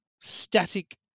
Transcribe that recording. static